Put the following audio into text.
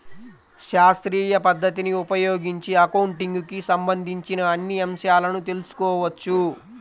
శాస్త్రీయ పద్ధతిని ఉపయోగించి అకౌంటింగ్ కి సంబంధించిన అన్ని అంశాలను తెల్సుకోవచ్చు